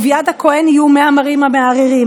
וביד הכהן יהיו מי המרים המאררים".